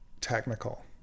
technical